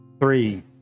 three